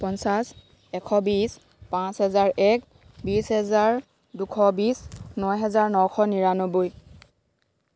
পঞ্চাছ এশ বিছ পাঁচ হাজাৰ এক বিছ হাজাৰ দুশ বিছ ন হাজাৰ নশ নিৰানব্বৈ